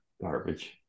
garbage